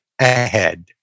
ahead